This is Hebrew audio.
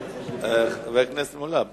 חבר הכנסת מולה,